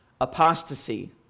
apostasy